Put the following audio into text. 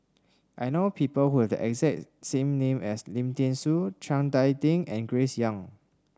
I know people who have the exact same name as Lim Thean Soo Chiang Dai Ding and Grace Young